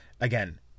again